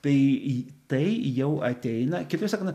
tai tai jau ateina kitaip sakant